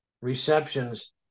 receptions